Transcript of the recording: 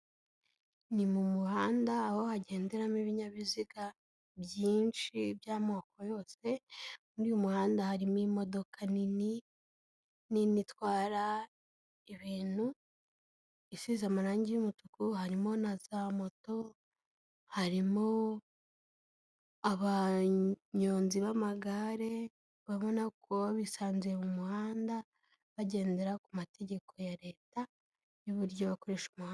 Ni mu muhanda aho hagenderamo ibinyabiziga byinshi by'amoko yose, muri uyu muhanda harimo imodoka nini, nini itwara ibintu isize amarangi y'umutuku, harimo na za moto, harimo abanyonzi b'amagare babona ko baba bisanzuye mu muhanda bagendera ku mategeko ya leta n'uburyo bakoresha umuhanda.